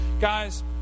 Guys